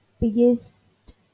biggest